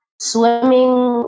swimming